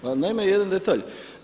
Pa naime, jedan detalj.